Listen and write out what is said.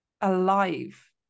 alive